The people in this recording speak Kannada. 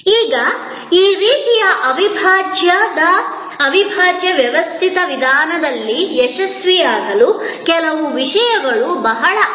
ಈಗ ಈ ರೀತಿಯ ಅವಿಭಾಜ್ಯ ವ್ಯವಸ್ಥಿತ ವಿಧಾನದಲ್ಲಿ ಯಶಸ್ವಿಯಾಗಲು ಕೆಲವು ವಿಷಯಗಳು ಬಹಳ ಅವಶ್ಯಕ